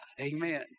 Amen